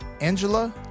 Angela